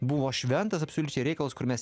buvo šventas absoliučiai reikalas kur mes